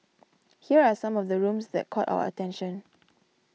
here are some of the rooms that caught our attention